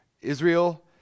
Israel